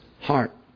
heart